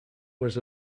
was